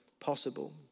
possible